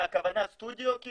הכוונה לסטודיו?